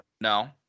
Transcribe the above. No